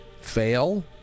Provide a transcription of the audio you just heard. fail